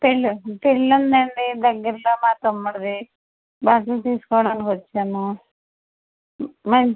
పెళ్ళి పెళ్ళి ఉందండి దగ్గరలో మా తమ్ముడుది బట్టలు తీసుకోవడానికి వచ్చాను మంచి